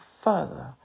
further